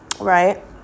right